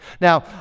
Now